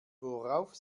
worauf